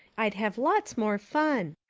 i'd have lots more fun.